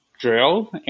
drill